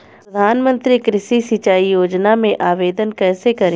प्रधानमंत्री कृषि सिंचाई योजना में आवेदन कैसे करें?